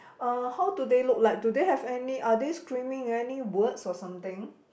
uh how do they look like do they have any are they screaming any words or something